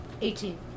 Eighteen